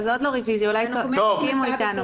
אולי תסכימו אתנו.